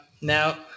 Now